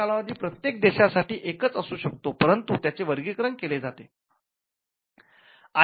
हा कालावधी प्रत्येक देशासाठी एकच असू शकतो परंतु त्याचे वर्गीकरण केले जाते